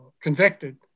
convicted